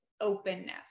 openness